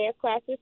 classes